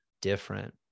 different